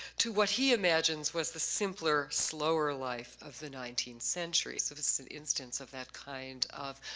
to what he imagines was the simpler, slower life of the nineteenth century. so this is an instance of that kind of